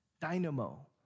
dynamo